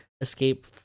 escape